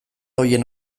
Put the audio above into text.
horien